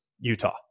Utah